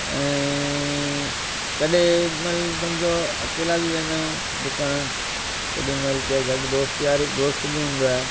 ऐं कॾहिं इहो महिल सम्झो अकेला बि वेंदा आहियूं डुकणु केॾी महिल केरु गॾु दोस्त यार दोस्त बि हूंदो आहे